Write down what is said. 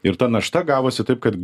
ir ta našta gavosi taip kad